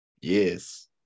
Yes